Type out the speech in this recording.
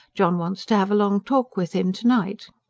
john wants to have a long talk with him to-night.